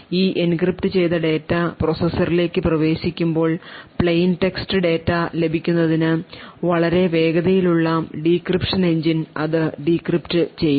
ഈ എൻക്രിപ്റ്റ് ചെയ്ത ഡാറ്റ പ്രോസസറിലേക്ക് പ്രവേശിക്കുമ്പോൾ പ്ലെയിൻ ടെക്സ്റ്റ് ഡാറ്റ ലഭിക്കുന്നതിന് വളരെ വേഗതയുള്ള ഡീക്രിപ്ഷൻ എഞ്ചിൻ അത് ഡീക്രിപ്ഷൻ ചെയ്യും